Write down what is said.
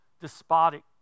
despotic